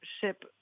ship